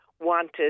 wanted